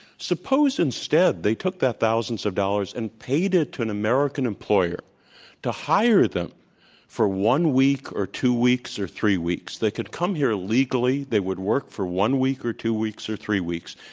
suppose instead they took that thousands of dollars and paid it to an american employer to hire them for one week or two weeks or three weeks. they could come here legally. they would work for one week or two weeks or three weeks.